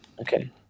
Okay